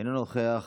אינו נוכח.